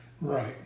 Right